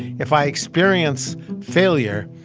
if i experience failure,